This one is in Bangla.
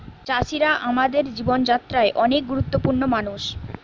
চাষিরা আমাদের জীবন যাত্রায় অনেক গুরুত্বপূর্ণ মানুষ